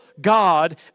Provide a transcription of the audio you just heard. God